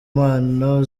mpano